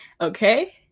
Okay